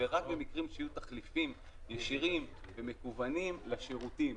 ורק במקרים שיהיו תחליפים ישירים ומקוונים לשירותים.